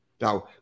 Now